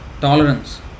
Tolerance